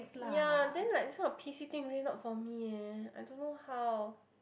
ya then like this kind of P_C thing really not for me eh I don't know how